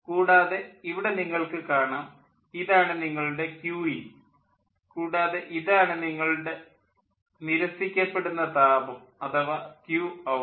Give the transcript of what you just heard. കൂടാതെ ഇവിടെ നിങ്ങൾക്ക് കാണാം ഇതാണ് നിങ്ങളുടെ Qin കൂടാതെ ഇതാണ് നിങ്ങളുടെ നിരസിക്കപ്പെടുന്ന താപം അഥവാ Q̇out